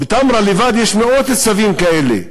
בתמרה לבד יש מאות צווים כאלה,